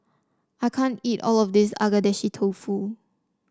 I can't eat all of this Agedashi Dofu